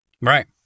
Right